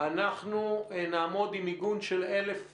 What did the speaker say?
אנחנו נעמוד עם מיגון של 1,000 ממ"דים?